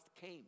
came